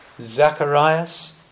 Zacharias